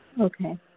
Okay